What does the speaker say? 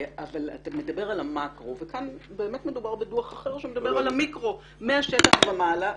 אתה מדבר על המקרו וכאן מדובר בדוח שמתייחס למיקרו מהשטח ומעלה.